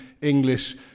English